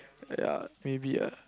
ya maybe ah